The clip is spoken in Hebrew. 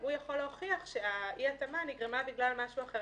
הוא יכול להוכיח שאי-ההתאמה נגרמה בגלל משהו אחר,